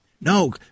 No